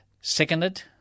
seconded